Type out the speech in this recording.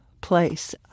place